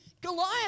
Goliath